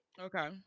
okay